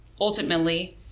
ultimately